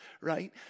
right